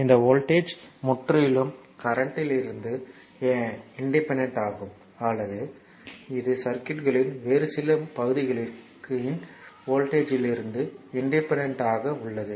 இந்த வோல்டேஜ் முற்றிலும் கரண்ட் லிருந்து இன்டிபெண்டன்ட் ஆகும் அல்லது இது சர்க்யூட்களின் வேறு சில பகுதிகளின் வோல்டேஜ் லிருந்து இன்டிபெண்டன்ட் ஆக உள்ளது